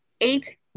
eight